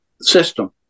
System